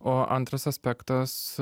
o antras aspektas